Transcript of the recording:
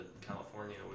California